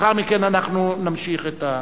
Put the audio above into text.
לאחר מכן אנחנו נמשיך את,